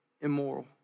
immoral